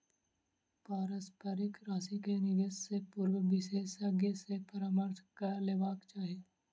पारस्परिक राशि के निवेश से पूर्व विशेषज्ञ सॅ परामर्श कअ लेबाक चाही